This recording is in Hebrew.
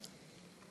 חבר